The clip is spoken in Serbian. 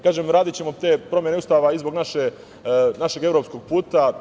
Kažem, radićemo te promene Ustava i zbog našeg evropskog puta.